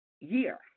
year